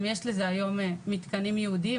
יש לזה היום מתקנים ייעודיים,